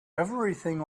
everything